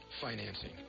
financing